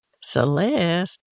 Celeste